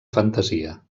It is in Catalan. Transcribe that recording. fantasia